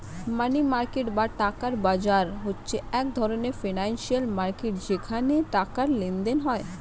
মানি market বা টাকার বাজার হচ্ছে এক ধরণের ফিনান্সিয়াল মার্কেট যেখানে টাকার লেনদেন হয়